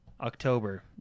October